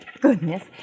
Goodness